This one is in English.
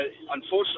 unfortunately